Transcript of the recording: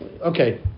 Okay